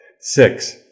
Six